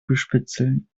bespitzeln